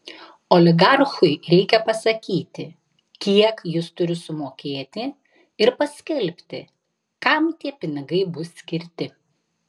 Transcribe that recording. oligarchui reikia pasakyti kiek jis turi sumokėti ir paskelbti kam tie pinigai bus skirti